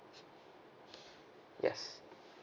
yes